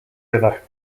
river